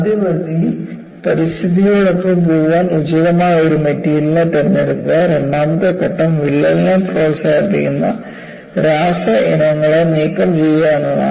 ആദ്യപടി പരിസ്ഥിതിയോടൊപ്പം പോകാൻ ഉചിതമായ ഒരു മെറ്റീരിയൽ തിരഞ്ഞെടുക്കുക രണ്ടാമത്തെ ഘട്ടം വിള്ളലിനെ പ്രോത്സാഹിപ്പിക്കുന്ന രാസ ഇനങ്ങളെ നീക്കം ചെയ്യുക എന്നതാണ്